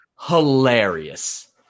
hilarious